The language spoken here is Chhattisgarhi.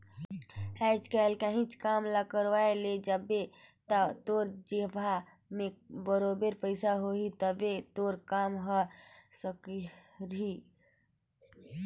आएज काएल काहींच काम ल करवाए ले जाबे ता तोर जेबहा में बरोबेर पइसा होही तबे तोर काम हर सरकही